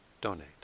donate